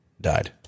died